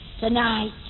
Tonight